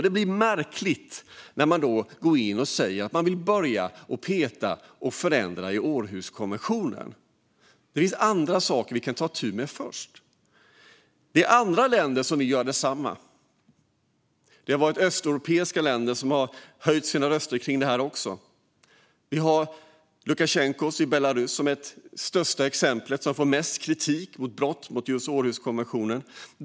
Det blir märkligt när man säger att man vill peta i Århuskonventionen för att göra förändringar i den. Det finns annat vi kan ta itu med först. En del andra länder har velat göra samma sak. Östeuropeiska länder har höjt sina röster för det här. Lukasjenko i Belarus är det största exemplet och får mest kritik för brott mot Århuskonventionen.